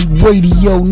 radio